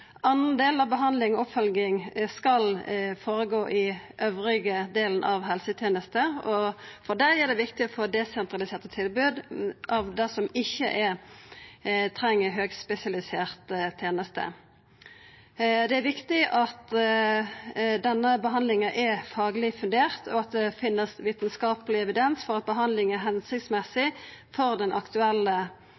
Anna behandling og oppfølging skal gå føre seg i andre delar av helsetenesta, og for desse er det viktig å få desentraliserte tilbod av det som ikkje er høgspesialisert teneste. Det er viktig at denne behandlinga er fagleg fundert, og at det finst vitskapeleg evidens for at behandlinga er hensiktsmessig